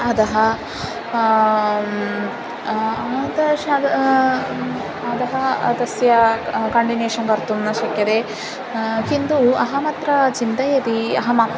अतः अतः तस्य कण्डिनेशन् कर्तुं न शक्यते किन्तु अहमत्र चिन्तयामि अहम्